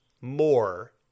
more